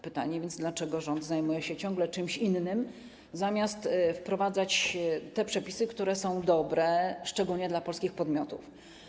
Pytanie więc, dlaczego rząd zajmuje się ciągle czymś innym, zamiast wprowadzać te przepisy, które są dobre, szczególnie dla polskich podmiotów.